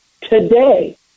today